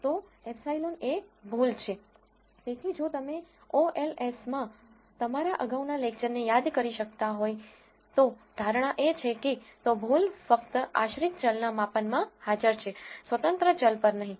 તેથી જો તમે ઓએલએસમાં તમારા અગાઉના લેકચરને યાદ કરી શકતા હોય તો ધારણા એ છે કે તો ભૂલ ફક્ત આશ્રિત ચલના માપમાં હાજર છે સ્વતંત્ર ચલ પર નહીં